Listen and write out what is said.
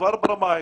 כבר ברמה העקרונית,